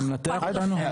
אתה מנתח אותנו?